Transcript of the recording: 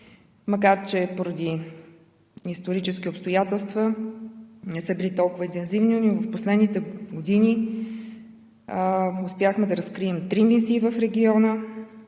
макар че поради исторически обстоятелства те не са били толкова интензивни. В последните години успяхме да разкрием три мисии в региона